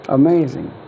amazing